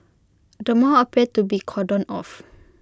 the mall appeared to be cordoned off